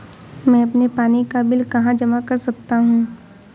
मैं अपने पानी का बिल कहाँ जमा कर सकता हूँ?